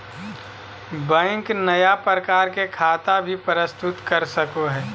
bank नया प्रकार के खता भी प्रस्तुत कर सको हइ